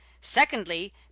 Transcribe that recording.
Secondly